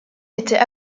était